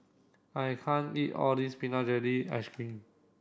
I can't eat all this peanut jelly ice cream